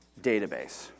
Database